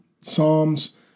Psalms